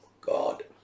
God